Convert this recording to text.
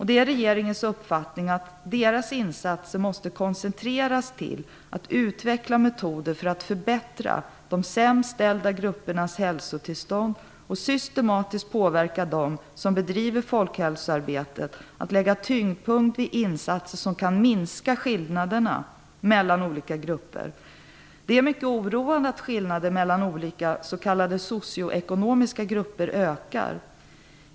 Det är regeringens uppfattning att dess insatser måste koncentreras till att utveckla metoder för att förbättra de sämst ställda gruppernas hälsotillstånd och systematiskt påverka dem som bedriver folkhälsoarbete att lägga tyngdpunkten vid insatser som kan minska skillnaderna mellan olika grupper. Det är mycket oroande att skillnaderna mellan olika s.k. socioekonomiska grupper ökar.